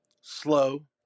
Slow